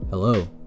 Hello